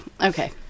okay